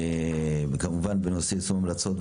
כמובן בנושא יישום ההמלצות,